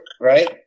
right